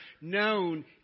known